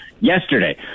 yesterday